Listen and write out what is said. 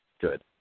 Good